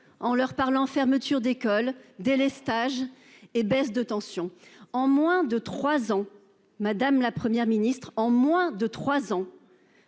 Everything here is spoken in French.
en leur parlant. Fermetures d'écoles délestage. Et baisse de tension en moins de 3 ans madame, la Première ministre en moins de 3 ans.